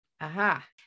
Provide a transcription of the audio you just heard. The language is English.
Aha